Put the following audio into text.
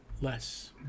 less